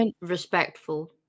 respectful